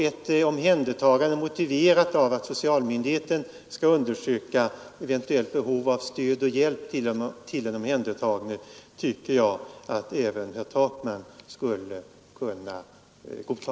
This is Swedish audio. Ett omhändertagande motiverat av att socialmyndigheterna skall undersöka eventuellt behov av stöd och hjälp till den omhändertagne tycker jag att även herr Takman skulle kunna godta.